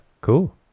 cool